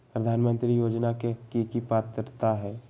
प्रधानमंत्री योजना के की की पात्रता है?